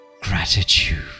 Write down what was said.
gratitude